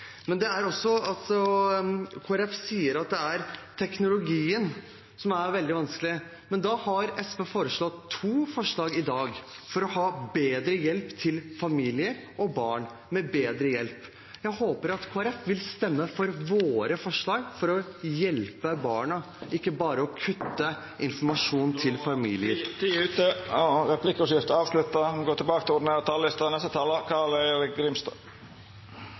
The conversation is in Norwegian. sier at det er teknologien som er veldig vanskelig, men SV har i dag to forslag for å få bedre hjelp til familier og barn. Jeg håper at Kristelig Folkeparti vil stemme for våre forslag for å hjelpe barna – ikke bare kutte i informasjonen til familiene. Replikkordskiftet er avslutta. Man trenger ikke å være Venstre-mann her i dag for å innse at dette er